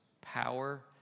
power